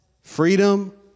freedom